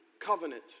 covenant